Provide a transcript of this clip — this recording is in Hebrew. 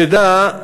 שנדע,